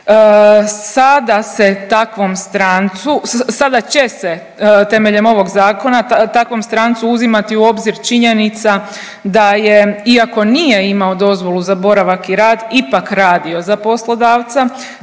sada će se temeljem ovog zakona takvom strancu uzimati u obzir činjenica da je iako nije imao dozvolu za boravak i rad ipak radio za poslodavca